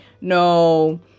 No